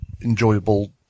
enjoyable